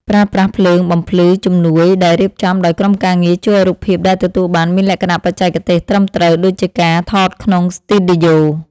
ប្រើប្រាស់ភ្លើងបំភ្លឺជំនួយដែលរៀបចំដោយក្រុមការងារជួយឱ្យរូបភាពដែលទទួលបានមានលក្ខណៈបច្ចេកទេសត្រឹមត្រូវដូចជាការថតក្នុងស្ទូឌីយោ។